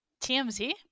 tmz